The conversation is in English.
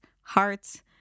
hearts